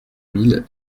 mille